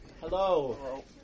Hello